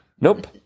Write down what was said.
Nope